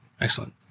Excellent